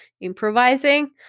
improvising